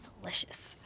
delicious